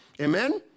Amen